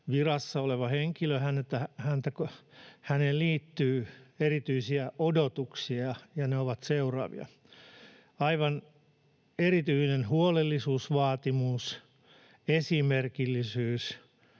virassa olevaan henkilöön liittyy erityisiä odotuksia, ja ne ovat seuraavia: aivan erityinen huolellisuusvaatimus, esimerkillisyys,